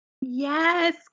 Yes